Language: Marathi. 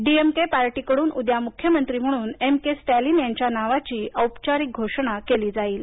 डीएमके पार्टीकडून उद्या मुख्यमंत्री म्हणून एम के स्टॅलीन यांच्या नावाची औपचारिक घोषणा केली जाईल